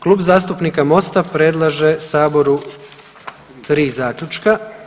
Klub zastupnika MOST-a predlaže saboru 3 zaključka.